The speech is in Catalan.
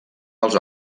dels